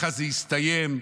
אני מקווה שככה זה יסתיים,